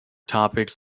topics